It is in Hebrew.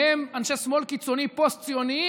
בהם אנשי שמאל קיצוני פוסט-ציונים.